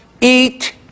eat